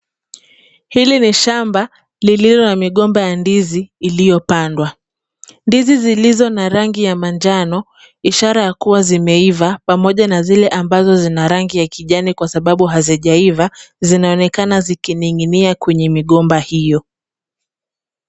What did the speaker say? Hili ni shamba lililo na migomba ya ndizi iliyopandwa. Ndizi zilizo na rangi ya manjano ishara ya kuwa zimeiva, pamoja na zile ambazo zina rangi ya kijani kwa sababu hazijaiva, zinaonekana zikining'inia kwenye migomba hiyo.